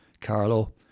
Carlo